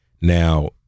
Now